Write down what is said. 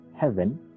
heaven